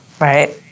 right